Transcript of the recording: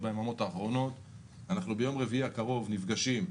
בתקשורת, ביום רביעי הקרוב אנחנו נפגשים,